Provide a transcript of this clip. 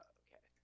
okay